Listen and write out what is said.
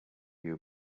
you